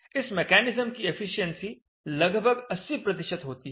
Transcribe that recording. इस मैकेनिज्म की एफिशिएंसी लगभग 80 होती है